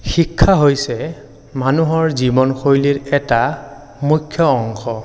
শিক্ষা হৈছে মানুহৰ জীৱনশৈলীৰ এটা মুখ্য অংশ